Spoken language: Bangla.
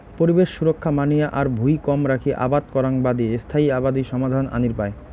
পরিবেশ সুরক্ষা মানিয়া আর ভুঁই কম রাখি আবাদ করাং বাদি স্থায়ী আবাদি সমাধান আনির পায়